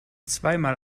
zweimal